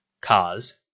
cars